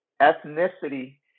ethnicity